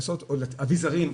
לעשות אביזרים,